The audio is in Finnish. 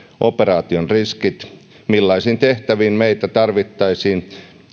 operaation riskit se millaisiin tehtäviin meitä tarvittaisiin